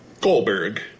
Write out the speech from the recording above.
Goldberg